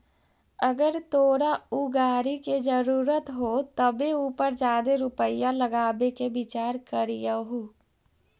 अगर तोरा ऊ गाड़ी के जरूरत हो तबे उ पर जादे रुपईया लगाबे के विचार करीयहूं